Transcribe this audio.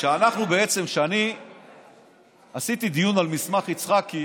כשאני עשיתי דיון על מסמך יצחקי,